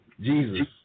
Jesus